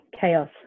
Chaos